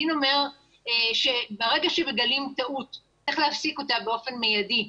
הדין אומר שברגע שמגלים טעות צריך להפסיק אותה באופן מיידי,